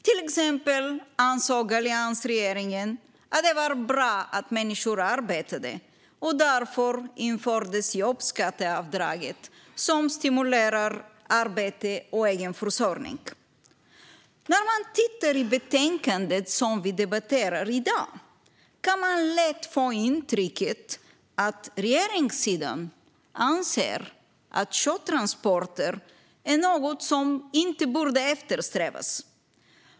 Alliansregeringen ansåg till exempel att det är bra att människor arbetar, och därför infördes jobbskatteavdraget som stimulerar arbete och egen försörjning. När man tittar i betänkandet som vi debatterar i dag kan man lätt få intrycket att regeringssidan anser att sjötransporter är något som inte borde eftersträvas.